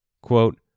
quote